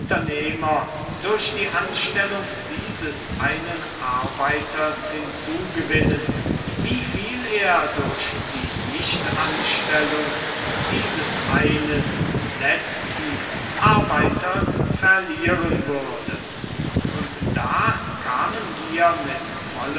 unternehmer durch die anstellung dieses einen arbeiters hinzugewinnen wieviel er durch die nichtanstellung dieses einen letzten arbeiters verlieren würde und da kamen wir mit